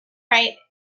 right